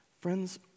Friends